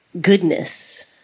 goodness